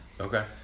Okay